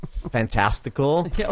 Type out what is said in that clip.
fantastical